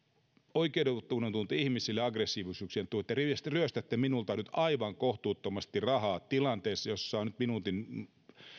oikeudettomuuden tunne aggressiivisuuden tunne ihmisillä te ryöstätte minulta nyt aivan kohtuuttomasti rahaa tilanteessa jossa on minuutin